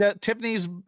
tiffany's